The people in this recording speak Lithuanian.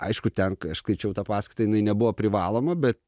aišku ten kai aš skaičiau tą paskaitą jinai nebuvo privaloma bet